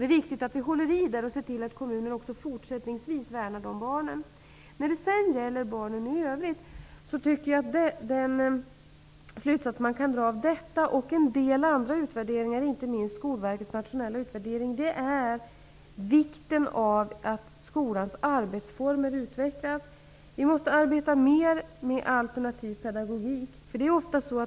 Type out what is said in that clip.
Det är viktigt att vi håller fast vid detta och ser till att kommuner också fortsättningsvis värnar om de barnen. En annan slutsats man kan dra mot denna bakgrund och utifrån en del andra utvärderingar, inte minst Skolverkets nationella utvärdering, är vikten av att skolans arbetsformer utvecklas. Vi måste arbeta mer med alternativ pedagogik.